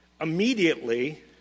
immediately